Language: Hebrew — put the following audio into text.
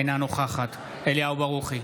אינה נוכחת אליהו ברוכי,